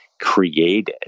created